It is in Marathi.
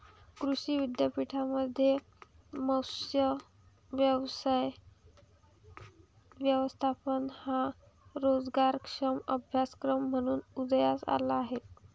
कृषी विद्यापीठांमध्ये मत्स्य व्यवसाय व्यवस्थापन हा रोजगारक्षम अभ्यासक्रम म्हणून उदयास आला आहे